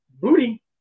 Booty